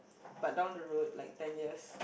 but down the road like ten years